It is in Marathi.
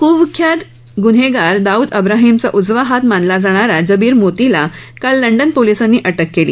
कुख्यात गुन्हेगार दाऊद इब्राहीमचा उजवा हात मानला जाणाऱ्या जबीर मोतीला काल लंडन पोलिसांनी अटक केली